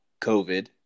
COVID